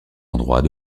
endroits